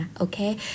okay